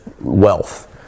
wealth